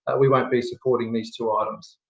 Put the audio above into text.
we won't be supporting these two items.